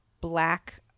black